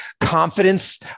confidence